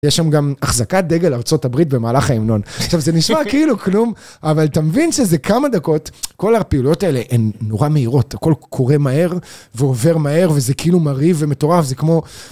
יש שם גם אחזקת דגל ארצות הברית במהלך ההמנון. עכשיו, זה נשמע כאילו כלום, אבל תמבין שזה כמה דקות, כל הפעולות האלה הן נורא מהירות, הכל קורה מהר ועובר מהר, וזה כאילו מריב ומטורף, זה כמו...